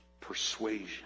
Persuasion